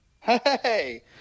Hey